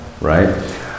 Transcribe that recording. right